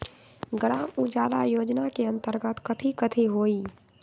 ग्राम उजाला योजना के अंतर्गत कथी कथी होई?